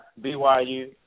BYU